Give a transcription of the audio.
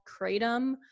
kratom